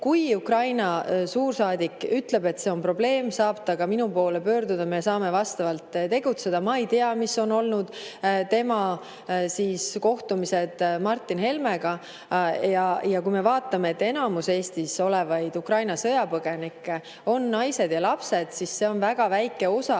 Kui Ukraina suursaadik ütleb, et see on probleem, siis saab ta minu poole pöörduda ja me saame vastavalt tegutseda. Ma ei tea, millised on olnud tema kohtumised Martin Helmega. Enamus Eestis olevaid Ukraina sõjapõgenikke on naised ja lapsed, väga väike osa